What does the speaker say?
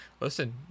listen